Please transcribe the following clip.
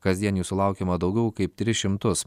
kasdien jų sulaukiama daugiau kaip tris šimtus